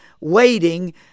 waiting